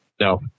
no